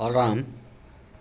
alarm